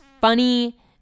funny